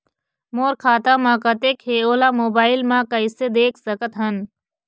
मोर खाता म कतेक हे ओला मोबाइल म कइसे देख सकत हन?